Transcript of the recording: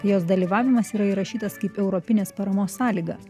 jos dalyvavimas yra įrašytas kaip europinės paramos sąlyga